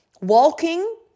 walking